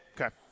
Okay